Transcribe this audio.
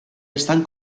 estan